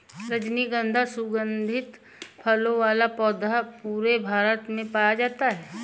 रजनीगन्धा सुगन्धित फूलों वाला पौधा पूरे भारत में पाया जाता है